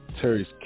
terry's